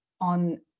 on